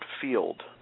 field